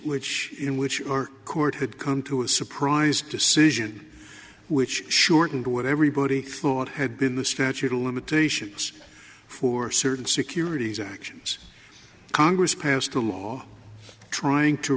which in which or court had come to a surprise decision which shortened what everybody thought had been the statute of limitations for certain securities actions congress passed a law trying to